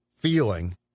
feeling